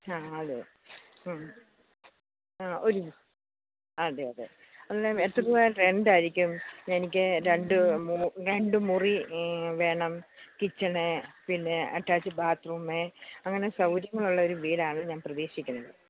അഹ് അതെ ഒരു മി അതെ അതെ അല്ല എത്ര രൂപ റെൻ്റ് ആയിരിക്കും എനിക്ക് രണ്ട് രണ്ട് മുറി വേണം കിച്ചണ് പിന്നെ അറ്റാച്ച്ട് ബാത്ത് റൂമെ അങ്ങനെ സൗകര്യങ്ങൾ ഉള്ള ഒരു വീടാണ് ഞാൻ പ്രതീക്ഷിക്കുന്നത്